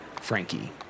Frankie